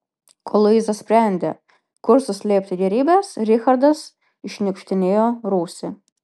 kol luiza sprendė kur suslėpti gėrybes richardas iššniukštinėjo rūsį